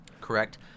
Correct